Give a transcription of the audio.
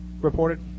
reported